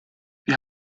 wir